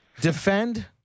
defend